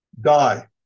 die